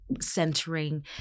centering